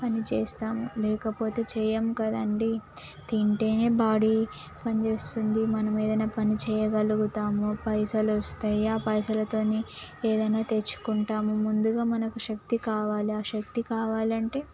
పనిచేస్తాము లేకపోతే చేయము కదండీ తింటేనే బాడీ పనిచేస్తుంది మనము ఏదైనా పని చేయగలుగుతాము పైసలు వస్తాయి ఆ పైసలతో ఏదైనా తెచ్చుకుంటాము ముందుగా మనకు శక్తి కావాలి ఆ శక్తి కావాలంటే